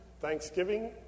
thanksgiving